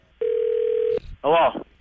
Hello